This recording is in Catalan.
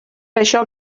això